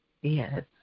Yes